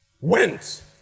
went